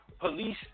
police